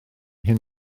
hyn